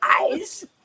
eyes